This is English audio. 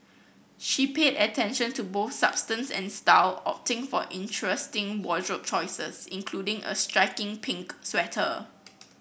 she paid attention to both substance and style opting for interesting wardrobe choices including a striking pink sweater